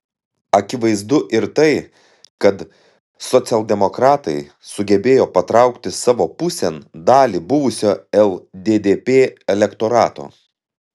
akivaizdu ir tai kad socialdemokratai sugebėjo patraukti savo pusėn dalį buvusio lddp elektorato